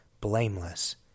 Blameless